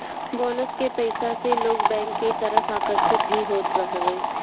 bonus के पईसा से लोग बैंक के तरफ आकर्षित भी होत हवे